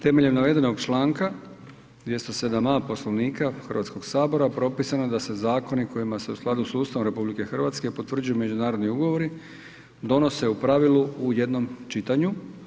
Temeljem navedenog članka 207.a Poslovnika Hrvatskog sabora propisano je da se zakoni kojima se u skladu s Ustavom RH potvrđuju međunarodni ugovori donose u pravilu u jednom čitanju.